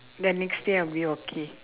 then next day I'll be okay